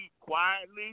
quietly